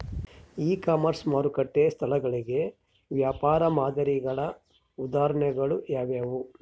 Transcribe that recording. E commerce ಮಾರುಕಟ್ಟೆ ಸ್ಥಳಗಳಿಗೆ ವ್ಯಾಪಾರ ಮಾದರಿಗಳ ಉದಾಹರಣೆಗಳು ಯಾವುವು?